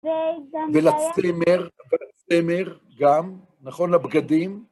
ולצמר גם, נכון? לבגדים.